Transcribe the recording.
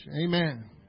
Amen